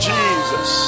Jesus